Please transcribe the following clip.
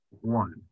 One